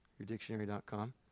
yourdictionary.com